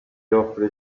offre